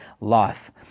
life